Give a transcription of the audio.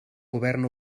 govern